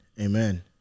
amen